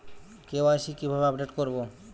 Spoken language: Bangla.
কে.ওয়াই.সি কিভাবে আপডেট করব?